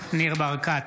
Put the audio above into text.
ניר ברקת,